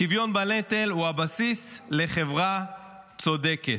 שוויון בנטל הוא הבסיס לחברה צודקת.